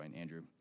Andrew